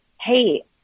hey